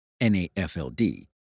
NAFLD